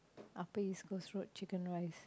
Upper-East-Coast Road Chicken Rice